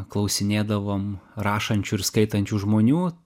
klausinėdavom rašančių ir skaitančių žmonių